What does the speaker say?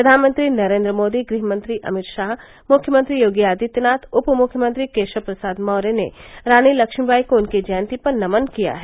प्रधानमंत्री नरेंद्र मोदी गृह मंत्री अमित शाह मुख्यमंत्री योगी आदित्यनाथ उप मुख्यमंत्री केशव प्रसाद मौर्य ने रानी लक्ष्मीबाई को उनकी जयंती पर नमन किया है